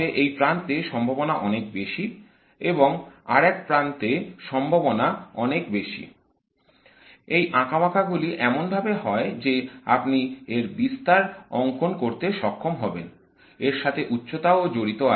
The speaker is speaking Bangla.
তবে এই প্রান্তে সম্ভাবনা অনেক বেশি এবং আরেক প্রান্তে সম্ভাবনা অনেক বেশি এই আঁকাবাঁকা গুলি এমনভাবে হয় যে আপনি এর বিস্তার অঙ্কন করতে সক্ষম হবেন - এর সাথে উচ্চতা ও জড়িত আছে